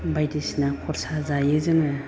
बायदिसिना खरसा जायो जोङो